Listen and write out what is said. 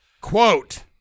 Quote